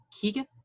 Keegan